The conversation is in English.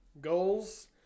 Goals